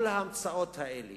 כל ההמצאות האלה,